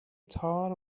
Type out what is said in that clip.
تار